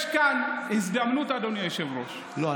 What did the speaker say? יש כאן הזדמנות, אדוני היושב-ראש, לא.